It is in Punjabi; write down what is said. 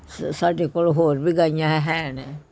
ਸ ਸਾਡੇ ਕੋਲ ਹੋਰ ਵੀ ਗਾਈਆਂ ਹਨ